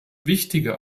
wichtige